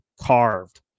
carved